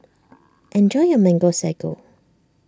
enjoy your Mango Sago